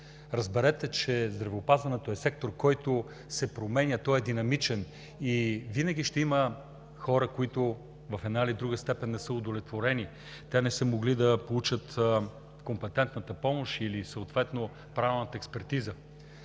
Разберете, че здравеопазването е сектор, който се променя, той е динамичен и винаги ще има хора, които в една или в друга степен не са удовлетворени, те не са могли да получат компетентната помощ или правилната експертиза.